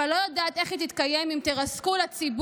אבל לא יודעת איך היא תתקיים אם תרסקו לציבור,